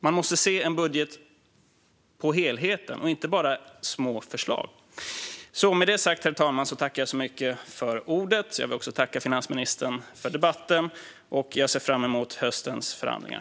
Man måste se en budget som en helhet och inte bara som små förslag. Jag vill tacka finansministern för debatten. Jag ser fram emot höstens förhandlingar.